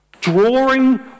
drawing